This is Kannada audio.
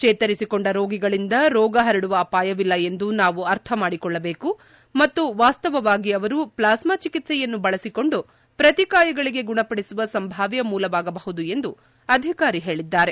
ಚೇತರಿಸಿಕೊಂಡ ರೋಗಿಗಳಿಂದ ರೋಗ ಹರಡುವ ಅಪಾಯವಿಲ್ಲ ಎಂದು ನಾವು ಅರ್ಥಮಾಡಿಕೊಳ್ಳಬೇಕು ಮತ್ತು ವಾಸ್ತವವಾಗಿ ಅವರು ಪ್ಲಾಸ್ನಾ ಚಿಕಿತ್ಲೆಯನ್ನು ಬಳಸಿಕೊಂಡು ಪ್ರತಿಕಾಯಗಳಿಗೆ ಗುಣಪಡಿಸುವ ಸಂಭಾವ್ಯ ಮೂಲವಾಗಬಹುದು ಎಂದು ಅಧಿಕಾರಿ ಹೇಳಿದ್ದಾರೆ